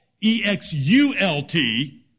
E-X-U-L-T